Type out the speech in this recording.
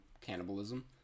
cannibalism